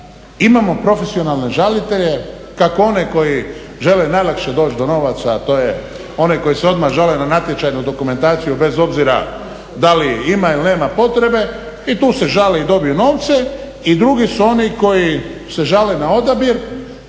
imamo profesionalne žalitelje, kako one koji žele najlakše doći do novaca a to je oni koji se odmah žale na natječajnu dokumentaciju, bez obzira da li ima ili nema potrebe i tu se žale i dobiju novce i drugi su oni koji se žale na odabir.